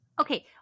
Okay